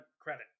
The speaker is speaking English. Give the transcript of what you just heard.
credit